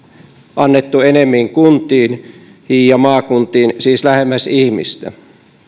annettu enemmän kuntiin ja maakuntiin siis lähemmäs ihmistä